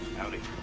howdy.